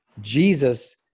Jesus